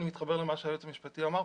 אני מתחבר למה שהיועץ המשפטי אמר,